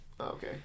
Okay